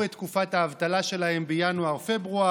את תקופת האבטלה שלהם בינואר-פברואר,